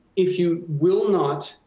if you will not